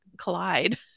collide